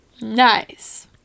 nice